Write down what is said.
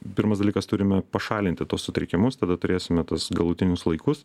pirmas dalykas turime pašalinti tuos sutrikimus tada turėsime tuos galutinius laikus